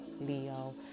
Leo